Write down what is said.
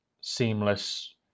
seamless